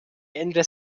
ende